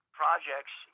projects